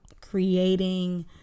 creating